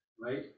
Right